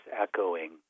echoing